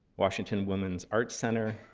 washington women's art center,